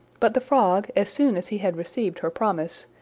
but the frog, as soon as he had received her promise,